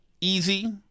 easy